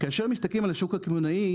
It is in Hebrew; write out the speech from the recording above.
כאשר מסתכלים על השוק הקמעונאי,